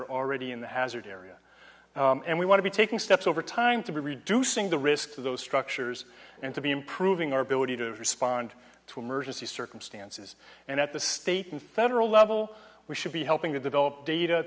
are already in the hazard area and we want to be taking steps over time to reducing the risk of those structures and to be improving our ability to respond to emergency circumstances and at the state and federal level we should be helping to develop data